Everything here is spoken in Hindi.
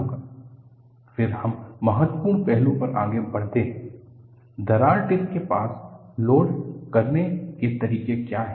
टाइप्स ऑफ लोडिंग फिर हम महत्वपूर्ण पहलू पर आगे बढ़ते हैं कि दरार टिप के पास लोड करने के तरीके क्या हैं